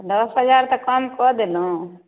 दस हजार तऽ कम कऽ देलहुँ